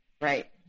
right